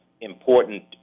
important